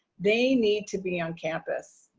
they need to be on campus.